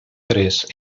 tres